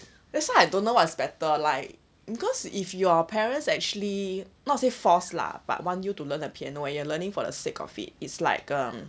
that's why I don't know what's better like because if your parents actually not say force lah but want you to learn a piano or you're learning for the sake of it it's like um